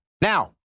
Now